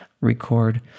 record